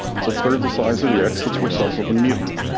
it's a third the size of the x. it's recessive and mutant.